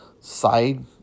side